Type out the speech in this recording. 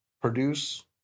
produce